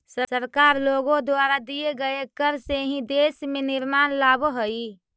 सरकार लोगों द्वारा दिए गए कर से ही देश में निर्माण लावअ हई